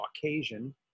Caucasian